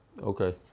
Okay